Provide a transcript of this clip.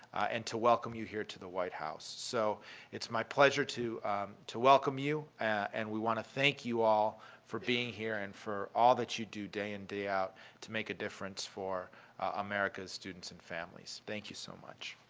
and to welcome you here to the white house. so it's my pleasure to to welcome you. and we want to thank you all for being here and for all that you do day in and day out to make a difference for america's students and families. thank you, so much.